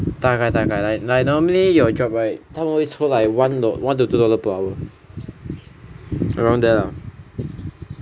大概大概 lah like like normally your job right 他们会抽 like one to two dollar per hour around there lah